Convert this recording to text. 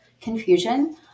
confusion